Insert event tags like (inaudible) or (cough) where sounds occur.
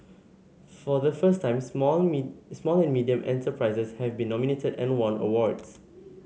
for the first time small (unintelligible) small and medium enterprises have been nominated and won awards